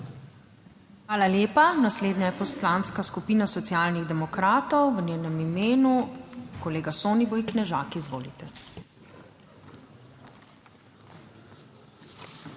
Hvala lepa. Naslednja Poslanska skupina Socialnih demokratov, v njenem imenu kolega Soniboj Knežak. Izvolite.